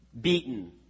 beaten